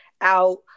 out